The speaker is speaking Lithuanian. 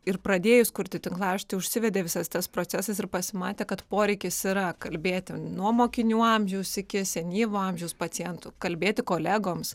ir pradėjus kurti tinklaraštį užsivedė visas tas procesas ir pasimatė kad poreikis yra kalbėti nuo mokinių amžiaus iki senyvo amžiaus pacientų kalbėti kolegoms